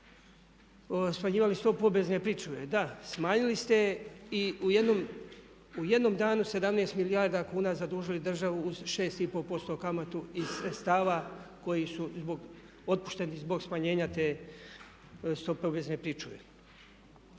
smanjivali stopu obvezne pričuve. Da, smanjili ste je i u jednom danu 17 milijarda kuna zadužili državu uz 6,5% kamatu iz sredstava koji su zbog, otpušteni zbog smanjenja te stope obvezne pričuve.